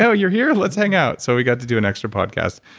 so you're here. let's hang out so we got to do an extra podcast.